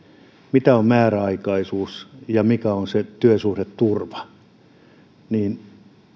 mitä on määräaikaisuus ja mikä on se työsuhdeturva